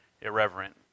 irreverent